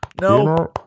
No